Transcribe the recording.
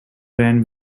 ran